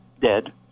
dead